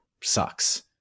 sucks